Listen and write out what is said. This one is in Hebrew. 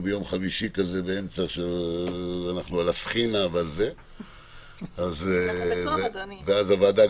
ביום חמישי ואז הוועדה לא תוכל להביע את דעתה בעניין הזה וגם שנוכל